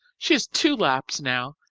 she has two laps now,